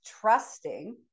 trusting